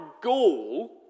goal